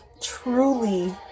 truly